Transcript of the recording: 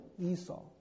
Esau